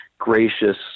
gracious